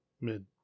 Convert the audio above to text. mid-